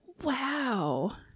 Wow